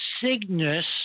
Cygnus